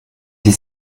die